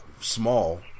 small